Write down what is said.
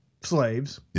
slaves